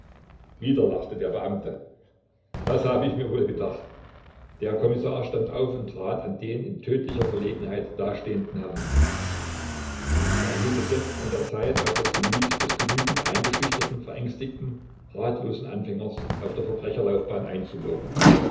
wieder lachte der beamte das habe ich mir wohl gedacht der kommissar stand auf und trat an den in tödlicher verlegenheit dastehenden heran er hielt es jetzt an der zeit auf das gemüt des genügend eingeschüchterten verängstigten ratlosen anfängers auf der verbrecherlaufbahn einzuwirken